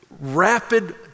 rapid